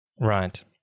Right